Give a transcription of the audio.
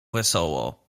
wesoło